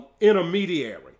intermediary